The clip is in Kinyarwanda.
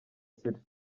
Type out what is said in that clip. selfie